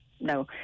no